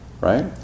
right